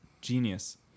genius